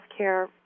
healthcare